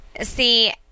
See